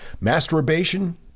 Masturbation